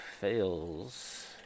fails